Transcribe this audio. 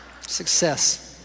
Success